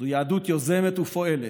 זו יהדות יוזמת ופועלת,